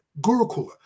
Gurukula